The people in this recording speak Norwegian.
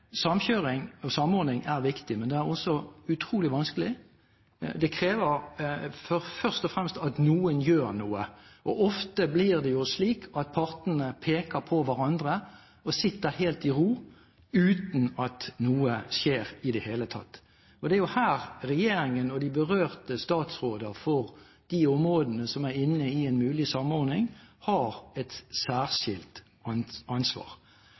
samkjøring av store prosjekter.» Samkjøring og samordning er viktig, men det er også utrolig vanskelig. Det krever først og fremst at noen gjør noe. Ofte blir det slik at partene peker på hverandre og sitter helt i ro, uten at noe skjer i det hele tatt. Det er jo her regjeringen og de berørte statsråder for de områdene som er inne i en mulig samordning, har et særskilt ansvar.